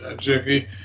Jiggy